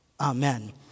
Amen